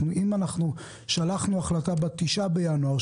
אם אנחנו שלחנו החלטה ב-9 בינואר,